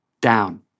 down